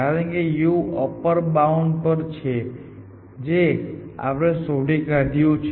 કારણ કે u upper bound પર છે જે આપણે શોધી કાઢ્યું છે